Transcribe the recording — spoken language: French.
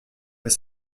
mais